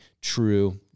true